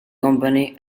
company